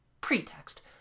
Pretext